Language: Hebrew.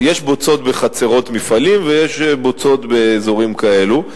יש בוצות בחצרות מפעלים ויש בוצות באזורים כאלה,